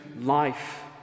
life